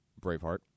Braveheart